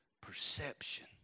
perception